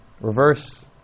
reverse